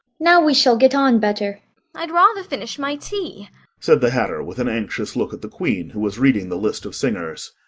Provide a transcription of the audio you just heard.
now we shall get on better i'd rather finish my tea said the hatter, with an anxious look at the queen, who was reading the list of singers.